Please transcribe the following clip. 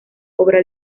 obra